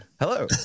Hello